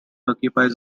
occupies